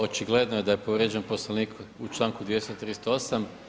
Očigledno je da je povrijeđen Poslovnik u članku 238.